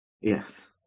Yes